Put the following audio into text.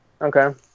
okay